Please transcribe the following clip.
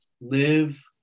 live